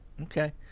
Okay